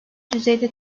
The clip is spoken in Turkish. düzeyde